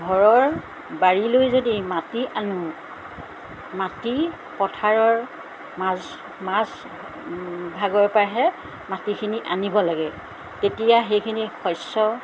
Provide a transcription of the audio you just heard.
ঘৰৰ বাৰীলৈ যদি মাটি আনোঁ মাটি পথাৰৰ মাজ মাজ ভাগৰপৰাহে মাটিখিনি আনিব লাগে তেতিয়া সেইখিনি শস্য